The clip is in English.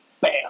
Bam